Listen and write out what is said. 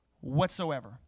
Whatsoever